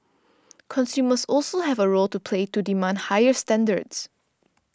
consumers also have a role to play to demand higher standards